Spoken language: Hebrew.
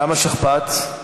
למה שכפ"ץ?